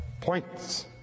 points